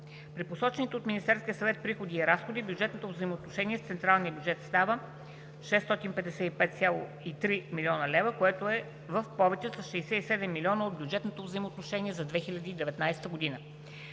При посочените от Министерския съвет приходи и разходи бюджетното взаимоотношение с централния бюджет става 655,3 млн. лв., което е в повече с 67 млн. лв. от бюджетното взаимоотношение за 2019 г.